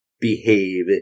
behave